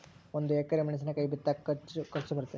ಒಂದು ಎಕರೆ ಮೆಣಸಿನಕಾಯಿ ಬಿತ್ತಾಕ ಎಷ್ಟು ಖರ್ಚು ಬರುತ್ತೆ?